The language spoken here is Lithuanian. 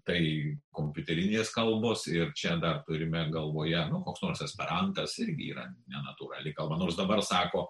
tai kompiuterinės kalbos ir čia dar turime galvoje koks nors esperantas ir yra nenatūrali kalba nors dabar sako